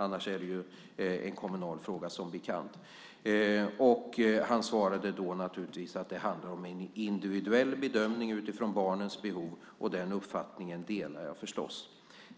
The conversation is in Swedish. Annars är det en kommunal fråga som bekant. Han svarade då naturligtvis att det handlar om en individuell bedömning utifrån barnens behov, och den uppfattningen delar jag förstås.